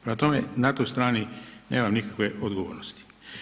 Prema tome, na toj strani nemam nikakve odgovornosti.